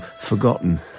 forgotten